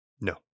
No